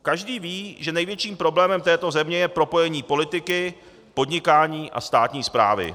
Každý ví, že největším problémem této země je propojení politiky, podnikání a státní správy.